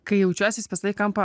kai jaučiuosi įspiesta į kampą